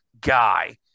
guy